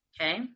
Okay